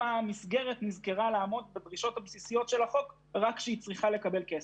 המסגרת נזכרה לעמוד בדרישות הבסיסיות של החוק רק כשהיא צריכה לקבל כסף.